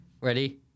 Ready